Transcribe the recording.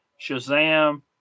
Shazam